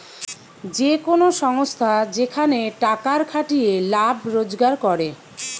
যে কোন সংস্থা যেখানে টাকার খাটিয়ে লাভ রোজগার করে